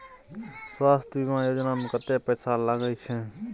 स्वास्थ बीमा योजना में कत्ते पैसा लगय छै?